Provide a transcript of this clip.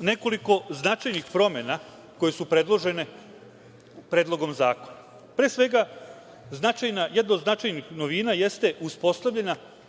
nekoliko značajnih promena koje su predložene Predlogom zakona. Pre svega, jedna od značajnih novina jeste